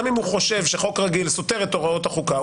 גם אם הוא חושב שחוק רגיל סותר את הוראות החוקה,